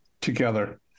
together